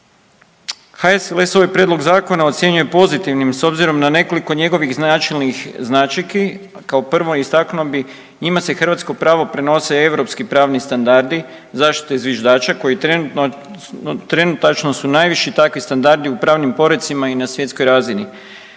HSLS ovaj prijedlog Zakona ocjenjuje pozitivnim, s obzirom na nekoliko njegovih načelnih značajki, kao prvo, istaknuo bi, njima se hrvatsko pravo prenose europski pravni standardi zaštite zviždača koji trenutačno su najviši takvi standardi u pravnim porecima i na svjetskoj razini.